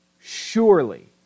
Surely